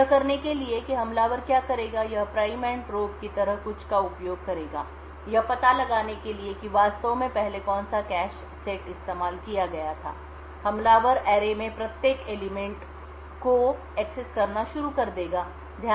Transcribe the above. तो यह करने के लिए कि हमलावर क्या करेगा यह प्राइम एंड प्रोब की तरह कुछ का उपयोग करेगा यह पता लगाने के लिए कि वास्तव में पहले कौन सा कैश सेट इस्तेमाल किया गया था हमलावर सरणी में प्रत्येक तत्व को एक्सेस करना शुरू कर देगा